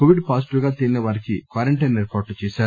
Covid positive గా తేలిన వారికి క్వారంటైన్ ఏర్పాట్లు చేశారు